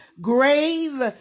grave